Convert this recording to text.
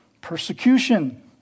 persecution